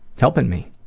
helping me.